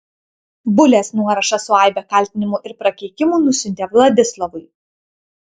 bulės nuorašą su aibe kaltinimų ir prakeikimų nusiuntė vladislovui